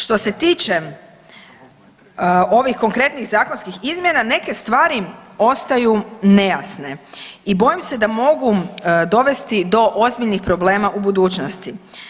Što se tiče ovih konkretnijih zakonskih izmjena neke stvari ostaju nejasne i bojim se da mogu dovesti do ozbiljnih problema u budućnosti.